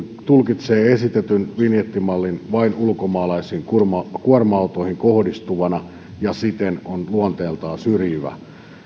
tulkitsee esitetyn vinjettimallin vain ulkomaalaisiin kuorma kuorma autoihin kohdistuvana ja siten luonteeltaan syrjivänä